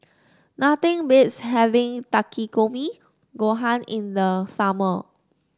nothing beats having Takikomi Gohan in the summer